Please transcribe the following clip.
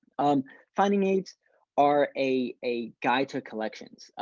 um finding aids are a a guide to a collection,